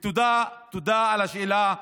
ותודה, תודה על השאלה,